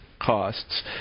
costs